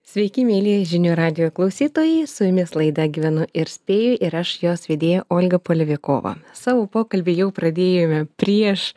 sveiki mielieji žinių radijo klausytojai su jumis laida gyvenu ir spėju ir aš jos vedėja olga polevikova savo pokalbį jau pradėjome prieš